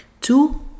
Two